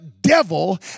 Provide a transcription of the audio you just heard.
devil